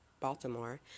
Baltimore